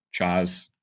Chaz